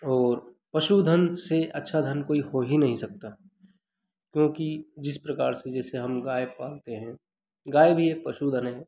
और पशुधन से अच्छा धन कोई हो ही नहीं सकता क्योंकि जिस प्रकार से जैसे हम गाय पालते हैं गाय भी एक पशुधन है